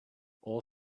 all